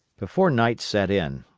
before night set in,